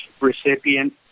recipient